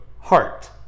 Heart